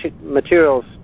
materials